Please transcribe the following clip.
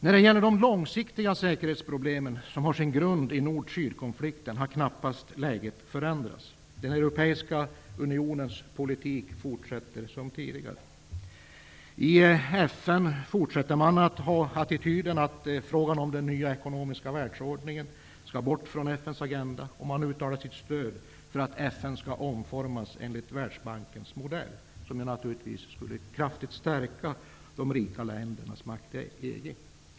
När det gäller de långsiktiga säkerhetsproblemen, som har sin grund i nord--syd-konflikten, har knappast läget förändrats. Den europeiska unionens politik fortsätter som tidigare. I FN fortsätter man att ha attityden att frågan om den nya ekonomiska världsordningen skall bort från FN:s agenda, och man uttalar sitt stöd för att FN skall omformas enligt Världsbankens modell. Det skulle naturligtvis kraftigt stärka de rika ländernas makt i EG.